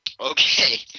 Okay